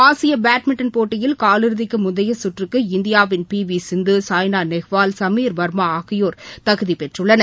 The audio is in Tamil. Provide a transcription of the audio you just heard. ஆசியபேட்மிண்டன் போட்டியில் காலிறுதிக்குமுந்தையசுற்றுக்கு இந்தியாவின் பிவிசிந்து சாய்னாநேவால் சமீர் வர்மாஆகியோர் தகுதிபெற்றுள்ளனர்